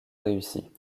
réussit